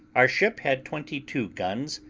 our ship had twenty-two guns,